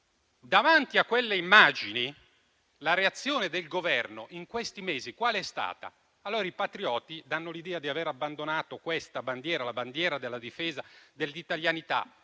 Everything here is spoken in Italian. francesi o i tedeschi - la reazione del Governo in questi mesi qual è stata? I patrioti danno l'idea di aver abbandonato questa bandiera, la bandiera della difesa dell'italianità.